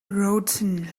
routine